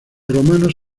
romanos